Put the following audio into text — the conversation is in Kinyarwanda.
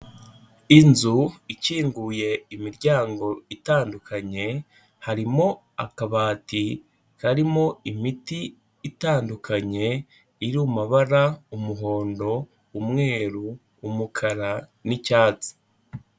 Inzu ikinguye imiryango itandukanye, harimo akabati karimo imiti itandukanye, iri mu mabara umuhondo, umweru, umukara n'icyatsi.